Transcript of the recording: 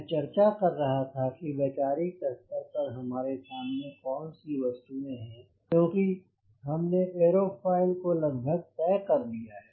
मैं चर्चा कर रहा था वैचारिक स्तर पर हमारे सामने कौन सी वस्तुएँ हैं क्योंकि हमने एरोफाइल को लगभग तय कर लिया है